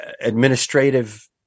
administrative